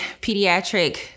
pediatric